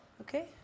Okay